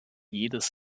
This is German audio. jedes